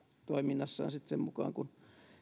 toiminnassaan sitten sen mukaan kun